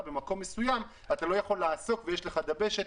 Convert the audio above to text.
במקום מסוים אתה לא יכול לעסוק בזה ויש לך דבשת.